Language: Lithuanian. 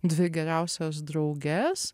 dvi geriausias drauges